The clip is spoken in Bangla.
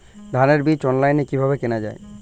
ধানের বীজ অনলাইনে কিভাবে কেনা যায়?